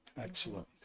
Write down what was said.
excellent